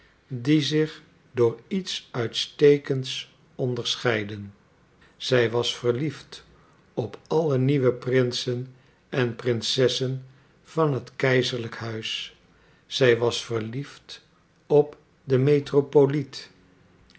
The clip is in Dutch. die zich door iets uitstekends onderscheidden zij was verliefd op alle nieuwe prinsen en prinsessen van het keizerlijk huis zij was verliefd op